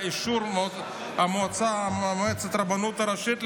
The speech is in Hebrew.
באישור מועצת הרבנות הראשית,